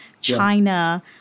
China